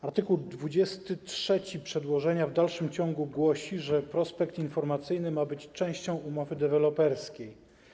Art. 23 przedłożenia w dalszym ciągu głosi, że prospekt informacyjny ma być częścią umowy deweloperskiej.